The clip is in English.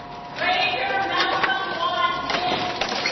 fraser malcolm watt binns